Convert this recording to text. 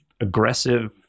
aggressive